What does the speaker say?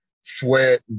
Sweat